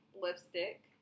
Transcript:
lipstick